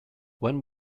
when